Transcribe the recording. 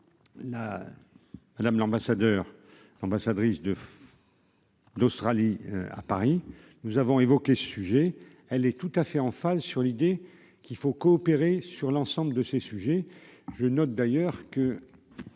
Madame, l'ambassadeur ambassadrice de d'Australie, à Paris, nous avons évoqué ce sujet, elle est tout à fait en phase sur l'idée qu'il faut coopérer sur l'ensemble de ces sujets, je note d'ailleurs que,